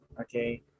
okay